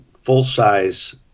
full-size